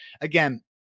again